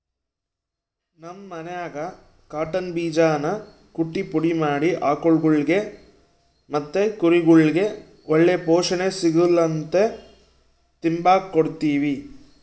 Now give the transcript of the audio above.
ನಮ್ ಮನ್ಯಾಗ ಕಾಟನ್ ಬೀಜಾನ ಕುಟ್ಟಿ ಪುಡಿ ಮಾಡಿ ಆಕುಳ್ಗುಳಿಗೆ ಮತ್ತೆ ಕುರಿಗುಳ್ಗೆ ಒಳ್ಳೆ ಪೋಷಣೆ ಸಿಗುಲಂತ ತಿಂಬಾಕ್ ಕೊಡ್ತೀವಿ